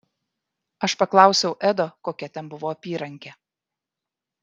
aš paklausiau edo kokia ten buvo apyrankė